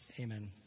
Amen